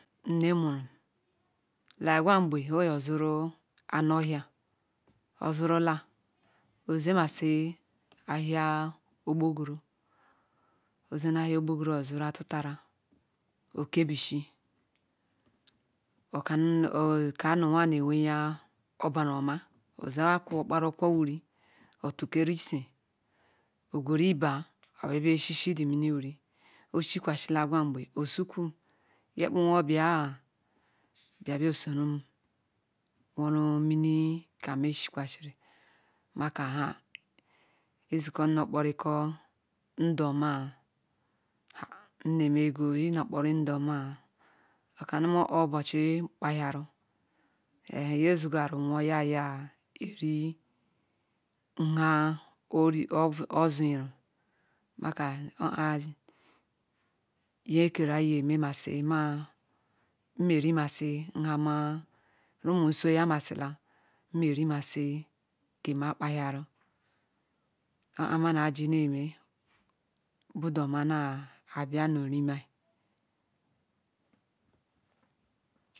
mie nurum nagwa nbe oyko zru nu ohia ozurela oze masi ehia ogbogero ozene chia oghgero ozarie atidara oke bisi oka nu awiga ni lerehair obara oma ozi akwu okparu okwukwo wwi otukere ise ogwarui iba o bia be shi shi mini wuri oshie kwashla egwa nbi osikwam nyepunwo bia bia borsoram woru ninu kane mia shikwasiri ma ka ha izikomrokperi ko nda oma nwu ego inu obpwn ndu oma okeneim ma nuah obochi kpehiaru niyi Nzuja nwo ija yeri nha owo ozuhursi rumom zohia mari nu ma nye risimasi be na kpa hiara oah mana ejineme badu oma na bia na remege